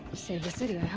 save the city,